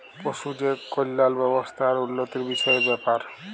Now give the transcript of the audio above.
পশু যে কল্যাল ব্যাবস্থা আর উল্লতির বিষয়ের ব্যাপার